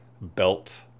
belt